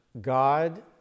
God